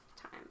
time